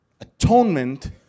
Atonement